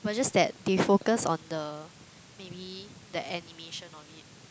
but just that they focus on the maybe the animation on it